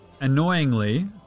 Annoyingly